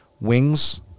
wings